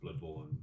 Bloodborne